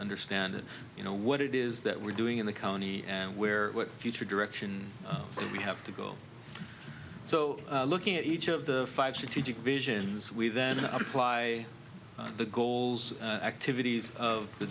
understand you know what it is that we're doing in the county and where the future direction we have to go so looking at each of the five shitty dick visions we then apply the goals and activities of the